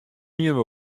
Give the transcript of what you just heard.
hienen